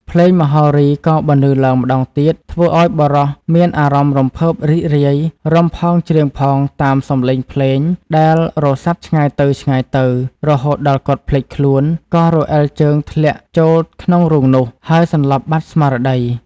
ភ្លេង មហោរីក៏បន្លឺឡើងម្តងទៀត ធ្វើអោយបុរសមានអារម្មណ៍ រំភើបរីករាយ រាំផងច្រៀងផងតាមសំលេងភ្លេងដែល រសាត់ឆ្ងាយទៅៗ រហូតដល់គាត់ភ្លេចខ្លួន ក៏រអិលជើងធ្លាក់ចូលក្នុងរូងនោះ ហើយសន្លប់បាត់ស្មារតី ។